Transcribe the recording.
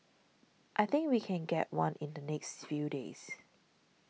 I think we can get one in the next few days